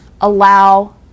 allow